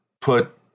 put